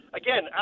again